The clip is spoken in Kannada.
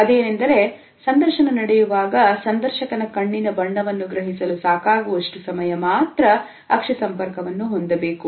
ಅದೇನೆಂದರೆ ಸಂದರ್ಶನ ನಡೆಯುವಾಗ ಸಂದರ್ಶಕನ ಕಣ್ಣಿನ ಬಣ್ಣವನ್ನು ಗ್ರಹಿಸಲು ಸಾಕಾಗುವಷ್ಟು ಸಮಯ ಮಾತ್ರ ಅಕ್ಷಿ ಸಂಪರ್ಕವನ್ನು ಹೊಂದಬೇಕು